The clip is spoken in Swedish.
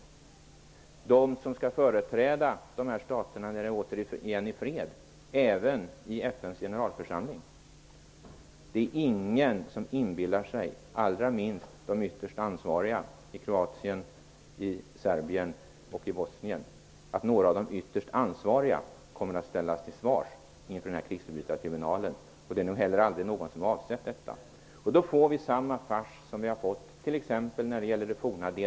Det är de ytterst ansvariga som skall företräda dessa stater i FN:s generalförsamling när det återigen har blivit fred. Det är ingen som inbillar sig, allra minst de ytterst ansvariga i Kroatien, Serbien och Bosnien, att några av dem kommer att ställas till svars inför krigsförbrytartribunalen. Det är aldrig heller någon som har avsett detta. Då blir det samma fars som t.ex. i det forna DDR.